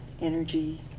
energy